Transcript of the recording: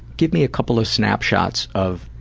give me a couple of snapshots of